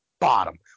bottom